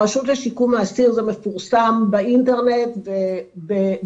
הרשות לשיקום האסיר זה מפורסם באינטרנט וגם